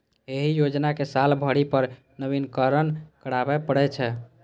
एहि योजना कें साल भरि पर नवीनीकरण कराबै पड़ै छै